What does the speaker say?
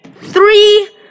Three